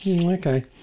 Okay